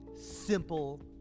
simple